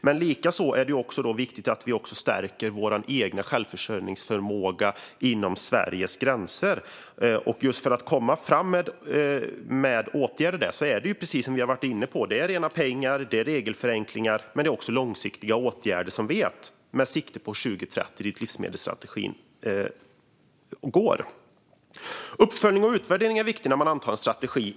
Men det är också viktigt att vi stärker vår egen självförsörjningsförmåga inom Sveriges gränser. När det gäller åtgärder där handlar det om, precis som vi har varit inne på, rena pengar och regelförenklingar. Men det handlar också om långsiktiga åtgärder med sikte på 2030, som livsmedelsstrategin har sikte på. Uppföljning och utvärdering är viktigt när man antar en strategi.